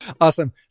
Awesome